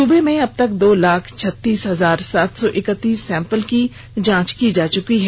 सुबे में अब तक दो लाख छत्तीस हजार सात सौ इक्कतीस सैंपल की जांच की जा चुकी है